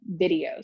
videos